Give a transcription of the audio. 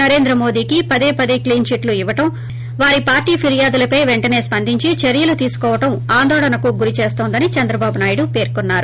నరేంద్రమోదీకి పదే పదే క్లీన్ చిట్లు ఇవ్వడం వారి పార్టీ ఫిర్యాదులపై పెంటనే స్పందించి చర్యలు తీసుకోవడం ఆందోళనకు గురి చేస్తుందని చంద్రబాబు నాయుడు పేర్కొన్నారు